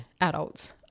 adults